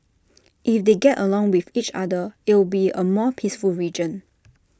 if they get along with each other it'll be A more peaceful region